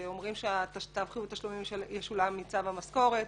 אומרים שצו חיוב תשלומים ישולם מצו המשכורת,